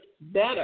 better